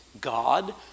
God